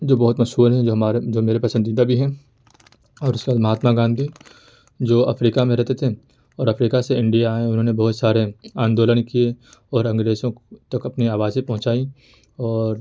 جو بہت مشہور ہیں جو ہمارے میرے پسندیدہ بھی ہیں اور اس کے بعد مہاتما گاندھی جو افریقہ میں رہتے تھے اور افریقہ سے انڈیا آئے انہوں نے بہت سارے آندولن کیے اور انگریزوں کو تک اپنی آوازیں پہنچائیں اور